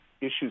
issues